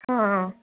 ହଁ